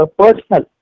personal